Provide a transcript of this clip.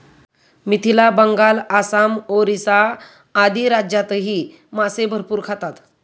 मिथिला, बंगाल, आसाम, ओरिसा आदी राज्यांतही मासे भरपूर खातात